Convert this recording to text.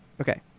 Okay